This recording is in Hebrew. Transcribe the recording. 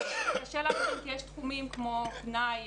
קשה להבחין כי יש תחומים כמו פנאי,